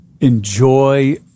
Enjoy